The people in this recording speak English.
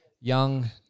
young